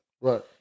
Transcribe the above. Right